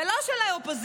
ולא של האופוזיציה.